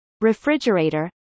refrigerator